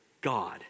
God